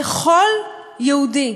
לכל יהודי.